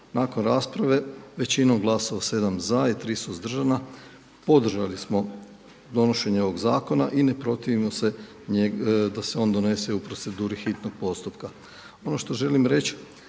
Nakon rasprave većinom glasova 7 za i 3 suzdržana podržali smo donošenje ovog Zakona i ne protivimo se da se on donese u proceduri hitnog postupka. Ono što želim reći,